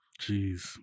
Jeez